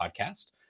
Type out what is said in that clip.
podcast